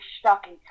shocking